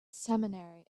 seminary